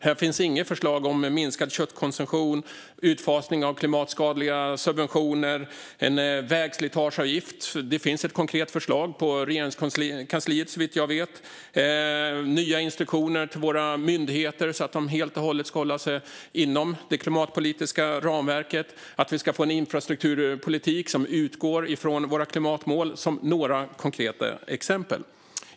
Det finns inget förslag om minskad köttkonsumtion, utfasning av klimatskadliga subventioner, en vägslitageavgift - ett konkret förslag om detta finns såvitt jag vet på Regeringskansliet - eller nya instruktioner till våra myndigheter att helt och hållet hålla sig inom det klimatpolitiska ramverket. Det finns heller inga förslag på en infrastrukturpolitik som utgår från våra klimatmål. Detta var några konkreta exempel.